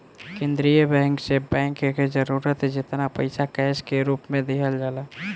केंद्रीय बैंक से बैंक के जरूरत जेतना पईसा कैश के रूप में दिहल जाला